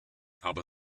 aber